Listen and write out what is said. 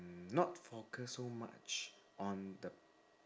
mm not focus so much on the